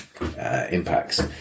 impacts